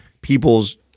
people's